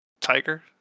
Tiger